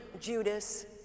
Judas